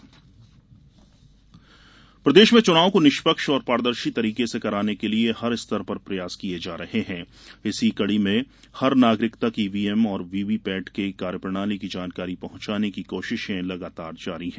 मतदाता जागरूकता प्रदेश में चुनावों को निष्पक्ष और पारदर्शी तरीके से कराने के लिए हर स्तर पर प्रयास किये जा रहे हैं इसी कड़ी में हर नागरिक तक ईवीएम और वीवीपैट की कार्यप्रणाली की जानकारी पहुँचाने की कोशिशें लगातार जारी है